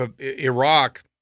Iraq